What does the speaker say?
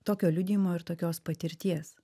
tokio liudijimo ir tokios patirties